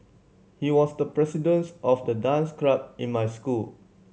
he was the presidents of the dance club in my school